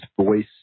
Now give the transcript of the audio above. voice